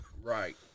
Right